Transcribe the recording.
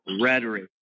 rhetoric